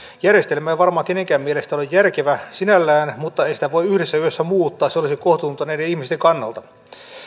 järjestelmä ei varmaan kenenkään mielestä ole järkevä sinällään mutta ei sitä voi yhdessä yössä muuttaa se olisi kohtuutonta näiden ihmisten kannalta